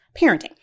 parenting